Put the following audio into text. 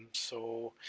so,